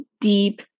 deep